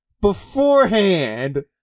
beforehand